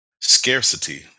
scarcity